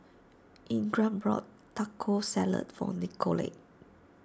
Ingram bought Taco Salad for Nicolette